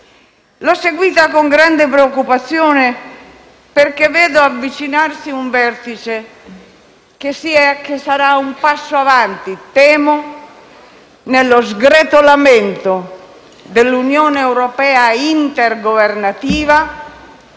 L'ho seguita con grande preoccupazione, perché vedo avvicinarsi un vertice che sarà un passo in avanti - temo - nello sgretolamento dell'Unione europea intergovernativa,